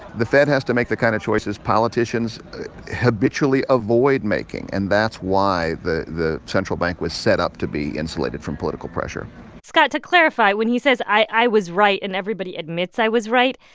the fed has to make the kind of choices politicians habitually avoid making. and that's why the the central bank was set up to be insulated from political pressure scott, to clarify, when he says, i was right, and everybody admits i was right,